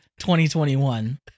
2021